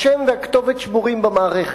השם והכתובת שמורים במערכת.